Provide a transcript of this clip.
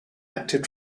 active